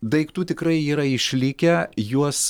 daiktų tikrai yra išlikę juos